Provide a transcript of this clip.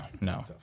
no